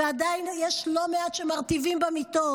ועדיין יש לא מעט שמרטיבים במיטות?